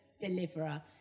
deliverer